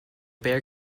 bear